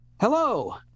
hello